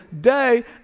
day